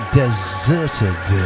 deserted